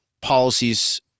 policies